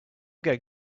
going